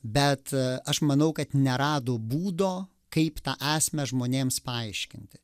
bet aš manau kad nerado būdo kaip tą esmę žmonėms paaiškinti